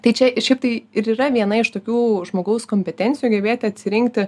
tai čia ir šiaip tai ir yra viena iš tokių žmogaus kompetencijų gebėti atsirinkti